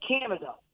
Canada